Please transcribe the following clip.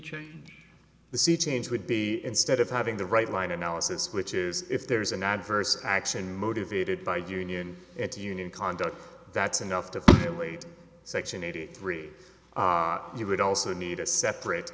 be the sea change would be instead of having the right line analysis which is if there's an adverse action motivated by union union conduct that's enough to late section eighty three you would also need a separate